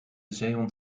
zeehond